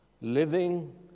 Living